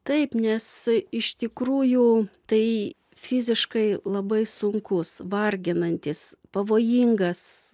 taip nes iš tikrųjų tai fiziškai labai sunkus varginantis pavojingas